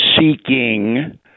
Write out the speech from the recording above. seeking